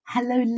Hello